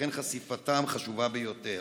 לכן חשיפתם חשובה ביותר.